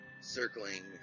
circling